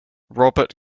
robert